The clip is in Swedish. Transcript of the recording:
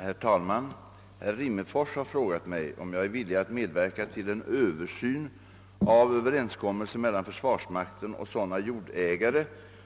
Herr talman! Herr Rimmerfors har frågat mig, om jag är villig att medverka till en översyn av överenskommelser mellan försvarsmakten och sådana jordägare